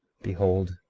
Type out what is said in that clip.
behold,